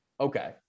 Okay